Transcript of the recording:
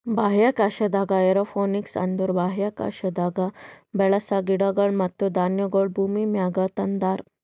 ಬಾಹ್ಯಾಕಾಶದಾಗ್ ಏರೋಪೋನಿಕ್ಸ್ ಅಂದುರ್ ಬಾಹ್ಯಾಕಾಶದಾಗ್ ಬೆಳಸ ಗಿಡಗೊಳ್ ಮತ್ತ ಧಾನ್ಯಗೊಳ್ ಭೂಮಿಮ್ಯಾಗ ತಂದಾರ್